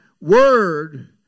word